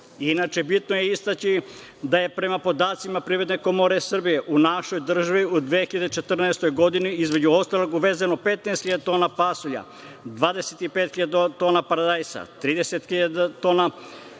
bitno je istaći da je prema podacima Privredne komore Srbije u našoj državi u 2014. godini između ostalog uvezeno 15.000 tona pasulja, 25.000 tona paradajza, 30.000 tona